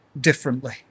differently